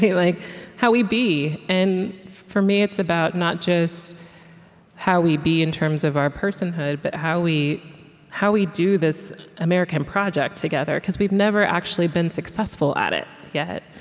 like how we be. and for me, it's about not just how we be, in terms of our personhood, but how we how we do this american project together, because we've never actually been successful at it yet.